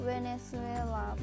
Venezuela